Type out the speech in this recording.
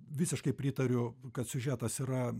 visiškai pritariu kad siužetas yra